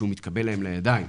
כשהוא מתקבל להם לידיים.